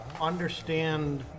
understand